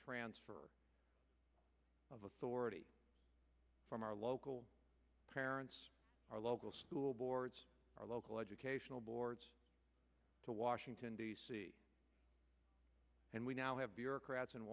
transfer of authority from our local parents our local school boards our local educational boards to washington d c and we now have bureaucrats in